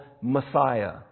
Messiah